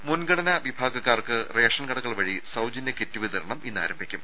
രുമ മുൻഗണനാ വിഭാഗക്കാർക്ക് റേഷൻ കടകൾ വഴി സൌജന്യ കിറ്റ് വിതരണം ഇന്നാരംഭിക്കും